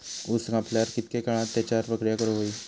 ऊस कापल्यार कितके काळात त्याच्यार प्रक्रिया करू होई?